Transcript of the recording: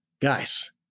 guys